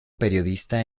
periodista